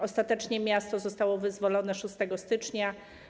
Ostatecznie miasto zostało wyzwolone 6 stycznia.